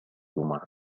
معنى